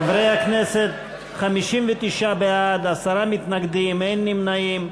חברי הכנסת, 59 בעד, עשרה מתנגדים, אין נמנעים.